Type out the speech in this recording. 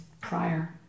prior